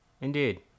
indeed